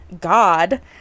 God